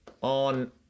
on